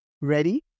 Ready